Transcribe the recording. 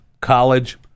college